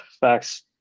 Facts